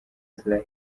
israel